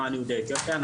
למען יהודי אתיופיה.